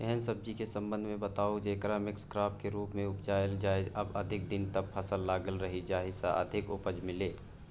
एहन सब्जी के संबंध मे बताऊ जेकरा मिक्स क्रॉप के रूप मे उपजायल जाय आ अधिक दिन तक फसल लागल रहे जाहि स अधिक उपज मिले?